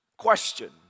Question